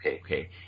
Okay